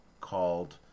called